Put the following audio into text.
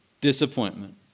Disappointment